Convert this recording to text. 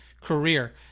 career